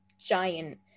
giant